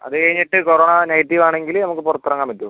അത് കഴിഞ്ഞിട്ട് corona negative ആണെങ്കിൽ നമുക്ക് പുറത്ത് ഇറങ്ങാൻ പറ്റുവോ